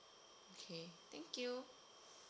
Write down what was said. okay thank you